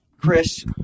Chris